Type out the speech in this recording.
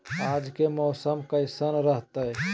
आज के मौसम कैसन रहताई?